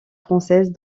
françaises